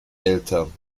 eltern